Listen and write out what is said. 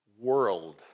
world